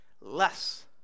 less